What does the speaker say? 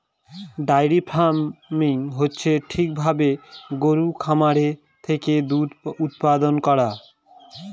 diary farming হচ্ছে ঠিক ভাবে গরুর খামার থেকে দুধ উৎপাদান করা